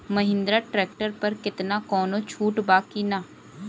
Mahindra tractor पर केतना कौनो छूट बा कि ना?